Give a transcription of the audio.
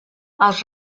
els